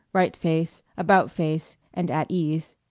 right face, about face, and at ease.